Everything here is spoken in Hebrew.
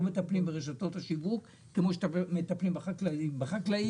לא מטפלים ברשתות השיווק כמו שמטפלים בחקלאים.